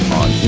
on